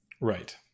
Right